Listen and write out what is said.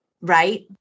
right